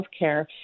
healthcare